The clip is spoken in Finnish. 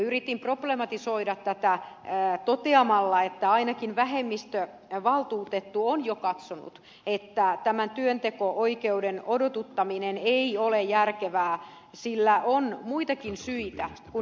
yritin problematisoida tätä toteamalla että ainakin vähemmistövaltuutettu on jo katsonut että tämä työnteko oikeuden odotuttaminen ei ole järkevää sillä on muitakin syitä kuin ed